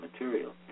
material